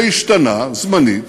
זה השתנה זמנית,